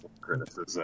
criticism